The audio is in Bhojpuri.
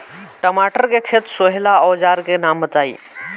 टमाटर के खेत सोहेला औजर के नाम बताई?